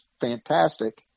fantastic